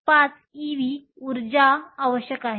5 ev ऊर्जा आवश्यक आहे